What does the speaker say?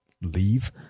leave